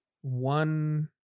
one